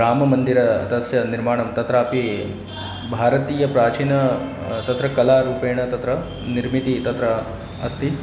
राममन्दिरं तस्य निर्माणं तत्रापि भारतीय प्राचीन तत्र कलारूपेण तत्र निर्मिती तत्र अस्ति